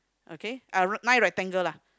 okay uh nine rectangle lah